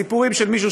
סיפורים של מישהו,